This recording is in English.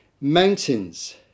mountains